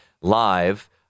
Live